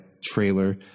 trailer